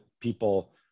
people